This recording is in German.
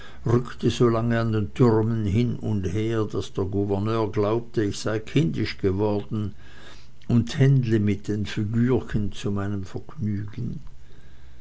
rückte so lange an den türmen hin und her daß der gouverneur glaubte ich sei kindisch geworden und tändle mit den figürchen zu meinem vergnügen